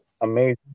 amazing